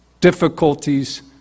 difficulties